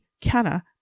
Canna